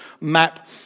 map